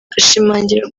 ashimangira